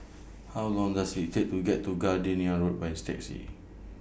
How Long Does IT Take to get to Gardenia Road By Taxi